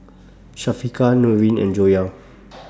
Syafiqah Nurin and Joyah